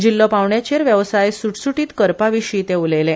जिल्लो पावंडयाचेर वेवसाय सुटसुटीत करपाविशीय ते उलयले